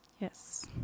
Yes